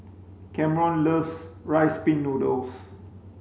Camron loves rice pin noodles